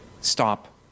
stop